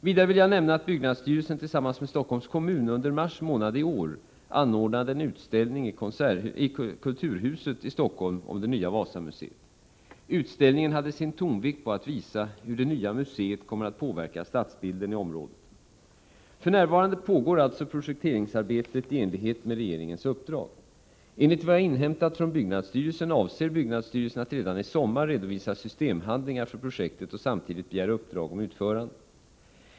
Vidare vill jag nämna att byggnadsstyrelsen tillsammans med Stockholms kommun under mars månad i år anordnade en utställning i Kulturhuset i Stockholm om det nya Wasamuseet. Utställningen hade sin tonvikt på att visa hur det nya museet kommer att påverka stadsbilden i området. För närvarande pågår alltså projekteringsarbetet i enlighet med regeringens uppdrag. Enligt vad jag inhämtat från byggnadsstyrelsen avser byggnadsstyrelsen att redan i sommar redovisa systemhandlingar för projektet och samtidigt begära uppdrag om utförande.